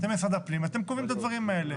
אתם משרד הפנים ואתם קובעים את הדברים האלה.